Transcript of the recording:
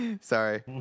Sorry